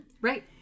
Right